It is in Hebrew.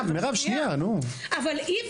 מירב שנייה --- לא לא